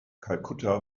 kalkutta